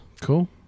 Cool